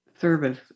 service